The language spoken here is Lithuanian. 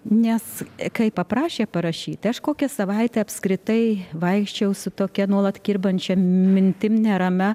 nes kai paprašė parašyt aš kokią savaitę apskritai vaikščiojau su tokia nuolat kirbančia mintim neramia